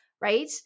right